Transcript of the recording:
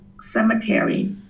cemetery